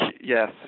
yes